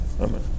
amen